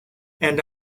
and